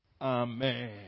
Amen